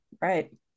right